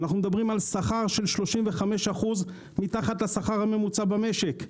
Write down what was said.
שכר של 35% מתחת לשכר הממוצע במשק.